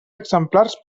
exemplars